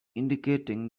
indicating